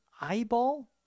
eyeball